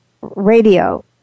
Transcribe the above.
radio